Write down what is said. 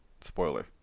Spoiler